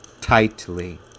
tightly